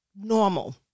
normal